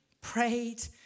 prayed